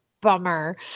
bummer